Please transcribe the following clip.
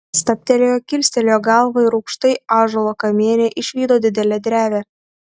stabtelėjo kilstelėjo galvą ir aukštai ąžuolo kamiene išvydo didelę drevę